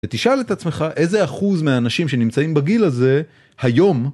ותשאל את עצמך, איזה אחוז מהאנשים שנמצאים בגיל הזה, היום,